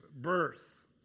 birth